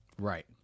Right